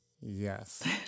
yes